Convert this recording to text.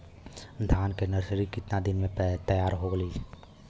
धान के नर्सरी कितना दिन में तैयार होई?